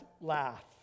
laugh